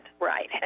Right